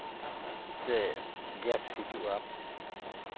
ᱛᱮ ᱜᱮᱥ ᱦᱤᱡᱩᱜᱼᱟ